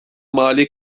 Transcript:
mali